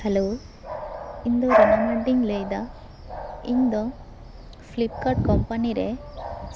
hello ᱤᱧ ᱫᱚ ᱨᱤᱱᱟ ᱢᱟᱱᱰᱤᱧ ᱞᱟᱹᱭᱮᱫᱟ ᱤᱧ ᱫᱚ ᱯᱷᱤᱞᱤᱯᱠᱟᱨᱴ ᱠᱳᱢᱯᱟᱱᱤᱨᱮ